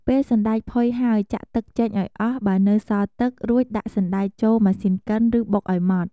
ពេលសណ្ដែកផុយហើយ ចាក់ទឹកចេញឱ្យអស់ បើនៅសល់ទឹក រួចដាក់សណ្ដែកចូលម៉ាស៊ីនកិន ឬបុក ឱ្យម៉ដ្ឋ។